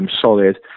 solid